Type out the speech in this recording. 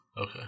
Okay